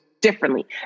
differently